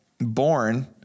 born